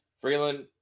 Freeland